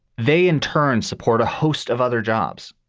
they, in turn, support a host of other jobs.